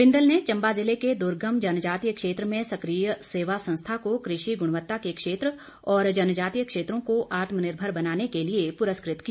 बिंदल ने चम्बा जिले के दुर्गम जनजातीय क्षेत्र में सक्रिय सेवा संस्था को कृषि गुणवत्ता के क्षेत्र और जनजातीय क्षेत्रों को आत्मनिर्भर बनाने के लिए पुरस्कृत किया